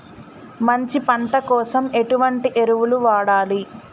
మంచి పంట కోసం ఎటువంటి ఎరువులు వాడాలి?